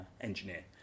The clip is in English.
engineer